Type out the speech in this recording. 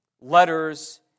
letters